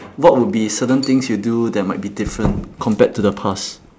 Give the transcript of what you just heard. what would be certain things you do that might be different compared to the past